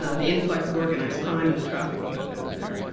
ah the influx of organised crime and the trafficking of women there.